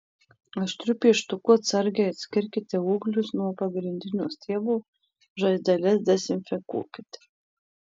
aštriu pieštuku atsargiai atskirkite ūglius nuo pagrindinio stiebo žaizdeles dezinfekuokite